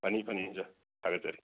ꯐꯅꯤ ꯐꯅꯤ ꯑꯣꯖꯥ ꯊꯥꯒꯠꯆꯔꯤ